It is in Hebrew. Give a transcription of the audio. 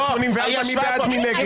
984, מי בעד, מי נגד.